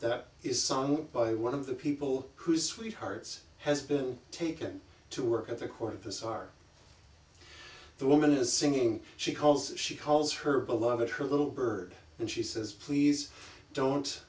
that is sung by one of the people who sweethearts has been taken to work at the corpus are the woman is singing she calls she calls her beloved her little bird and she says please don't